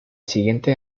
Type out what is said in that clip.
siguiente